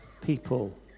people